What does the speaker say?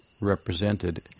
represented